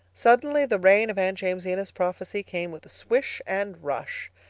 suddenly the rain of aunt jamesina's prophecy came with a swish and rush.